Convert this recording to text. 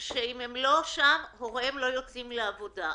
שאם הם לא שם הוריהם לא יוכלו לצאת לעבודה.